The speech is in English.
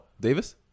Davis